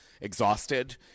exhausted